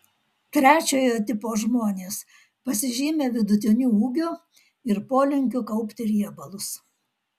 trečiojo tipo žmonės pasižymi vidutiniu ūgiu ir polinkiu kaupti riebalus